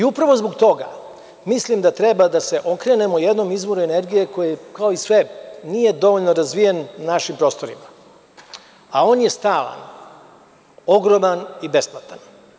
Upravo zbog toga mislim da treba da se okrenemo jedinom izvoru energije koji, kao i svi, nije dovoljno razvijen na našim prostorima, a on je stalan, ogroman i besplatan.